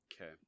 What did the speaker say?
Okay